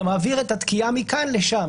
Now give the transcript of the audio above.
אתה מעביר את התקיעה מכאן לשם.